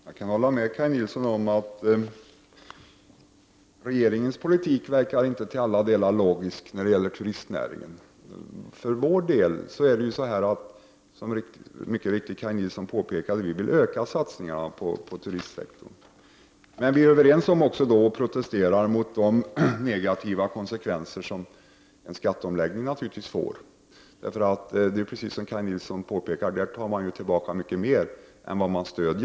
Herr talman! Jag kan hålla med Kaj Nilsson om att regeringens politik inte verkar till alla delar logisk när det gäller turistnäringen. Som Kaj Nilsson mycket riktigt påpekade, vill vi i centern öka satsningarna på turistsektorn. Men vi är överens med miljöpartiet och protesterar mot de negativa konsekvenser som en skatteomläggning naturligtvis får. Precis som Kaj Nilsson påpekar tar man tillbaka mer än vad man ger i stöd.